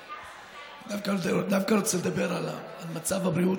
אני דווקא רוצה לדבר על מצב הבריאות,